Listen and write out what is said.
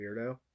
Weirdo